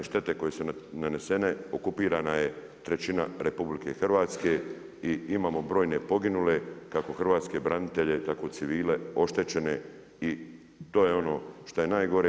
Da, ratne štete koje su nanesene okupirana je trećina RH i imamo brojne poginule, kako hrvatske branitelje, tako i civile, oštećene i to je ono šta je najgore.